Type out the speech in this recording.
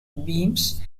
beams